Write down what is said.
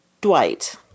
Dwight